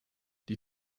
die